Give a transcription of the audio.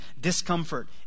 discomfort